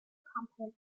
component